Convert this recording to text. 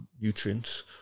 nutrients